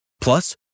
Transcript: Plus